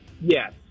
Yes